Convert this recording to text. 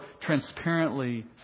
transparently